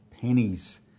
pennies